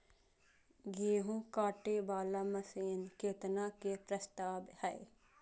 गेहूँ काटे वाला मशीन केतना के प्रस्ताव हय?